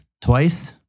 twice